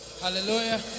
Hallelujah